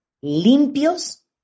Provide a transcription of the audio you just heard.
limpios